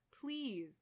please